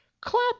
Clap